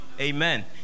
Amen